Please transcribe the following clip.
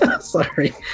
Sorry